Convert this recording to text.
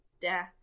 death